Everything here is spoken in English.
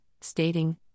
stating